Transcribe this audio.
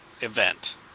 event